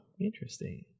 Interesting